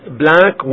black